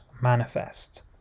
manifest